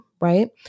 right